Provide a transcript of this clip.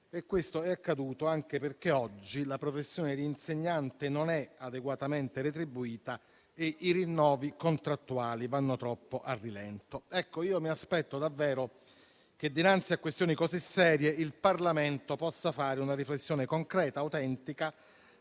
Ciò è accaduto anche perché oggi la professione di insegnante non è adeguatamente retribuita e i rinnovi contrattuali vanno troppo a rilento. Io mi aspetto davvero che dinanzi a questioni così serie il Parlamento possa fare una riflessione concreta, autentica,